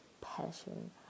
passion